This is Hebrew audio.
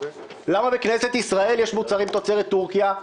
למה בכנסת ישראל יש מוצרים תוצרת טורקיה?